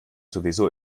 sowieso